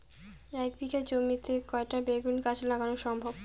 এক বিঘা জমিতে কয়টা বেগুন গাছ লাগানো সম্ভব?